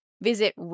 Visit